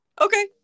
okay